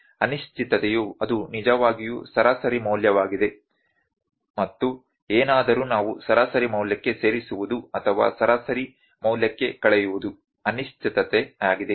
ಅನಿಶ್ಚಿತತೆಯು ಅದು ನಿಜವಾಗಿಯೂ ಸರಾಸರಿ ಮೌಲ್ಯವಾಗಿದೆ ಮತ್ತು ಏನಾದರೂ ನಾವು ಸರಾಸರಿ ಮೌಲ್ಯಕ್ಕೆ ಸೇರಿಸುವುದು ಅಥವಾ ಸರಾಸರಿ ಮೌಲ್ಯಕ್ಕೆ ಕಳೆವುದು ಅನಿಶ್ಚಿತತೆಯಾಗಿದೆ